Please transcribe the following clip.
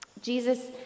Jesus